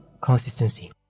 consistency